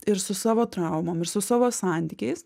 ir su savo traumom ir su savo santykiais